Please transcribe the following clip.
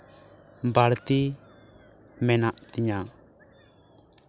ᱵᱟ ᱲᱛᱤ ᱢᱮᱱᱟᱜ ᱛᱤᱧᱟ